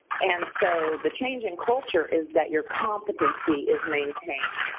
and so, the change in culture is that you're competency is maintained.